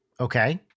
Okay